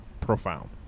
profound